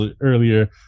earlier